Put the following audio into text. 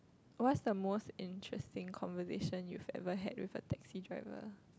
what's the most interesting conversation you've ever had with the taxi driver